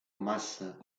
massa